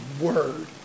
word